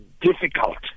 difficult